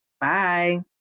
Bye